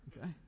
Okay